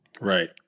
Right